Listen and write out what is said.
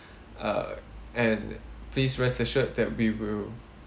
uh and please rest assured that we will